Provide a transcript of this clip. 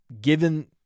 given